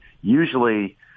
usually